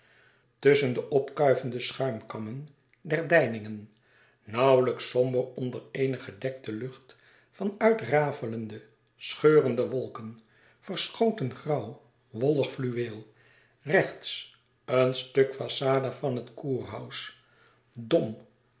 tusschen de opkuivende schuimkammen der deiningen nauwelijks somber onder eene gedekte lucht van uitrafelende scheurende wolken verschoten grauw wollig fluweel rechts een stuk façade van het kurhaus